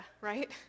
right